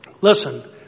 listen